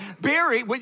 Barry